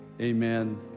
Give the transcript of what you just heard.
amen